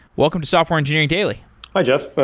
welcome to software engineering daily hi, jeff.